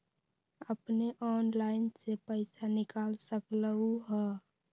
अपने ऑनलाइन से पईसा निकाल सकलहु ह?